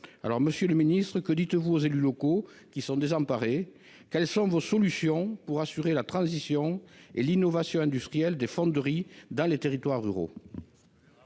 Monsieur le ministre, que dites-vous aux élus locaux qui sont désemparés ? Quelles sont vos solutions pour assurer la transition et l'innovation industrielle des fonderies dans les territoires ruraux ?